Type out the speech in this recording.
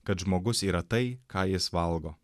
kad žmogus yra tai ką jis valgo